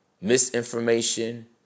misinformation